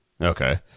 Okay